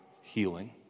healing